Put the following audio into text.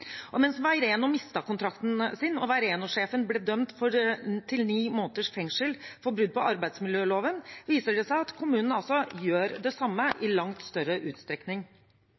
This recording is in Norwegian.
Og mens Veireno mistet kontrakten sin og Veireno-sjefen ble dømt til ni måneders fengsel for brudd på arbeidsmiljøloven, viser det seg at kommunen altså gjør det samme, i langt større utstrekning.